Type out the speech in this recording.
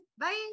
bye